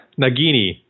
Nagini